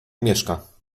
mieszka